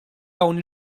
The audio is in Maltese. dawn